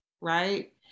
Right